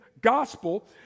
gospel